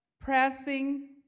Pressing